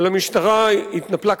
אבל המשטרה התנפלה,